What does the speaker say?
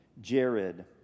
Jared